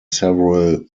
several